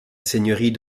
seigneurie